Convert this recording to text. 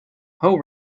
hoe